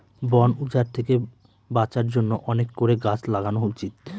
বন উজাড় থেকে বাঁচার জন্য অনেক করে গাছ লাগানো উচিত